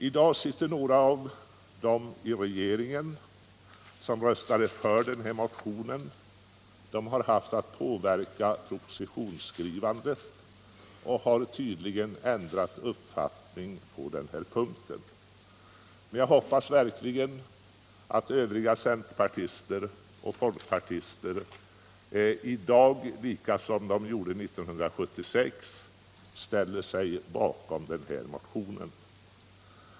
Några av dem som röstade för denna motion sitter i dag i regeringen. De har kunnat påverka propositionsskrivandet och har tydligen ändrat uppfattning på denna punkt. Men jag hoppas verkligen att övriga centerpartister och folkpartister i dag liksom 1976 ställer sig bakom den här motionen.